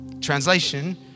Translation